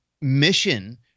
mission